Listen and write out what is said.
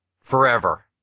Forever